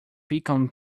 pecan